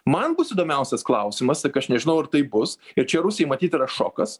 man bus įdomiausias klausimas tik aš nežinau ar tai bus ir čia rusijai matyt yra šokas